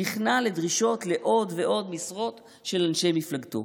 נכנע לדרישות לעוד ועוד משרות של אנשי מפלגתו.